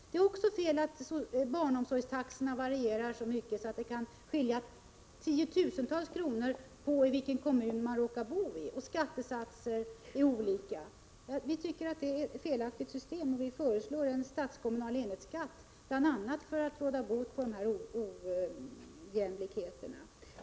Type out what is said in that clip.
Det är också fel att barnomsorgstaxorna varierar så mycket att det kan skilja på tiotusentals kronor beroende på vilken kommun man råkar bo i. Även skattesatserna är olika. Detta är ett felaktigt system, och vpk föreslår en statskommunal enhetsskatt, bl.a. för att råda bot på dessa ojämlikheter.